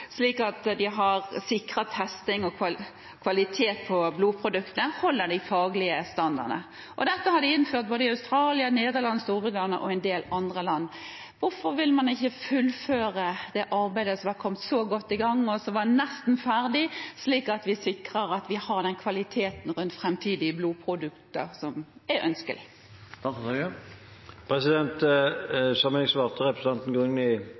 slik at det sikres at testing og kvalitet på blodproduktet holder de faglige standardene. Dette har de innført i både Australia, Nederland, Storbritannia og en del andre land. Hvorfor vil man ikke fullføre det arbeidet som var kommet så godt i gang, og som var nesten ferdig, slik at vi sikrer at vi har den kvaliteten rundt framtidige blodprodukter som er ønskelig? Som jeg svarte representanten Grung i